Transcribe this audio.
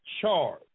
charge